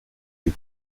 les